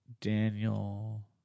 Daniel